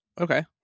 Okay